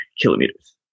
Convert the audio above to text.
kilometers